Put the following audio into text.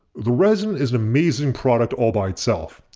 the resin is an amazing product all by itself.